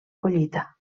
collita